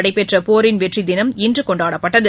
நடைபெற்ற போரின் வெற்றிதினம் இன்று கொண்டாடப்பட்டது